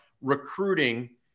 recruiting